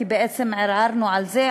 כי בעצם ערערנו על זה,